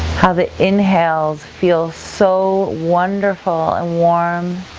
how the inhales feels so wonderful and warm.